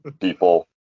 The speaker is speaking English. people